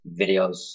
videos